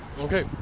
Okay